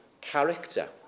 character